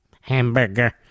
Hamburger